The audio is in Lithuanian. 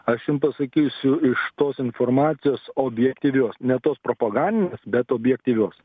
aš jum pasakysiu iš tos informacijos objektyvios ne tos propagandinės bet objektyvios